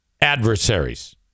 adversaries